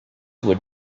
would